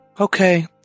Okay